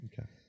Okay